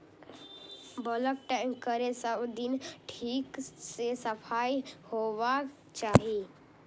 bulk tank केर सब दिन ठीक सं सफाइ होबाक चाही